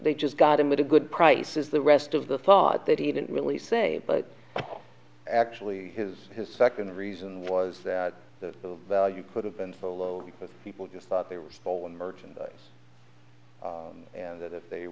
they just got him a good prices the rest of the thought that he didn't really say but actually his second reason was that the value could have been so low because people just thought they were stolen merchandise and that if they